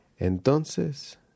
Entonces